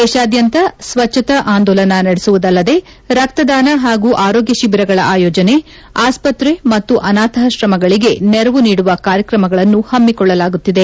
ದೇಶಾದ್ಯಂತ ಸ್ವಚ್ಛತಾ ಆಂದೋಲನ ನಡೆಸುವುದಲ್ಲದೆ ರಕ್ತದಾನ ಪಾಗೂ ಆರೋಗ್ಯ ಶಿಬಿರಗಳ ಆಯೋಜನೆ ಆಸ್ತಕ್ರೆ ಮತ್ತು ಅನಾಥಾತ್ರಮಗಳಿಗೆ ನೆರವು ನೀಡುವ ಕಾರ್ಯಕ್ರಮಗಳನ್ನು ಪಮ್ಮಿಕೊಳ್ಳಲಾಗುತ್ತಿದೆ